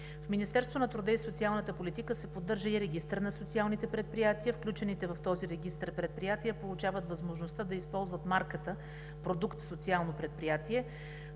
В Министерството на труда и социалната политика се поддържа и регистър на социалните предприятия. Включените в този регистър предприятия получават възможността да използват марката „Продукт социално предприятие“,